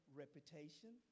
reputation